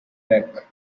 back